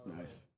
Nice